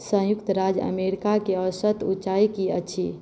संयुक्त राज्य अमेरिकाके औसत ऊँचाइ की अछि